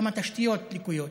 גם התשתיות לקויות.